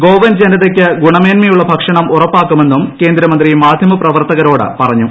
ഗോവൻ ജനതയ്ക്ക് ഗുണമേന്മയുള്ള ഭക്ഷണം ഉറപ്പാക്കുമെന്നും കേന്ദ്രമന്ത്രി മാധ്യമപ്രവർത്തകരോട് പറഞ്ഞു